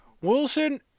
Wilson